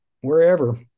wherever